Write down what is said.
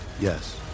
Yes